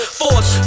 force